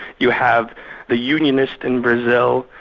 you have the unionist in brazil,